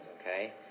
okay